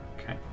Okay